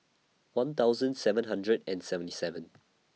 one thousand seven hundred and seventy seven